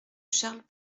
charles